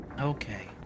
Okay